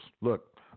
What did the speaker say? Look